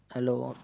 hello